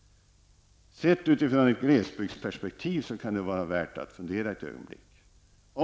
Sett från ett glesbygdsperspektiv kan det finnas anledning att fundera ett ögonblick.